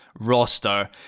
roster